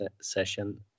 session